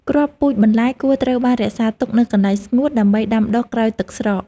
គ្រាប់ពូជបន្លែគួរត្រូវបានរក្សាទុកនៅកន្លែងស្ងួតដើម្បីដាំដុះក្រោយទឹកស្រក។